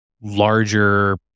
larger